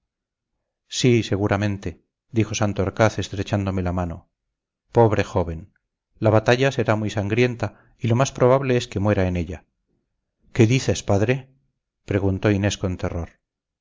sí seguramente dijo santorcaz estrechándome la mano pobre joven la batalla será muy sangrienta y lo más probable es que muera en ella qué dices padre preguntó inés con terror